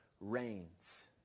reigns